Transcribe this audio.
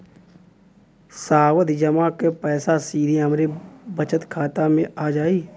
सावधि जमा क पैसा सीधे हमरे बचत खाता मे आ जाई?